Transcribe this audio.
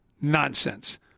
Nonsense